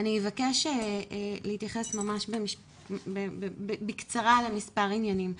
אני אבקש להתייחס ממש בקצרה למספר עניינים,